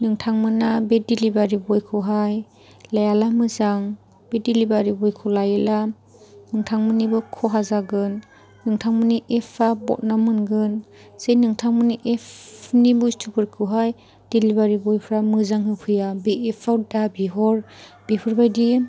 नोथांमोना बे डेलिभारि बयखौहाय लायाब्ला मोजां बे डेलिभारि बयखौ लायोब्ला नोंथांमोननिबो खहा जागोन नोंथांमोननि एपआ बदनाम मोनगोन जे नोंथांमोननि एपनि बुसथुफोरखौहाय डेलिभारि बयफ्रा मोजां होफैया बे एपआव दाबिहर बेफोरबायदि